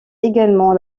également